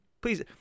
Please